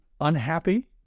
unhappy